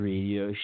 Radio